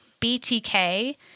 BTK